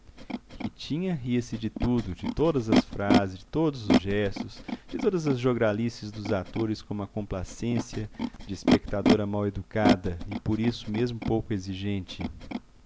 comédia ritinha ria-se de tudo de todas as frases de todos os gestos de todas as jogralices dos atores com uma complacência de espectadora mal-educada e por isso mesmo pouco exigente